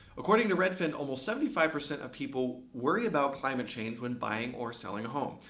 according to redfin, almost seventy five percent of people worry about climate change when buying or selling a home.